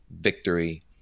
victory